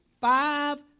five